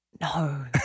No